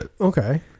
okay